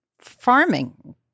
farming